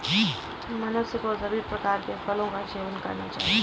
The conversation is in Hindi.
मनुष्य को सभी प्रकार के फलों का सेवन करना चाहिए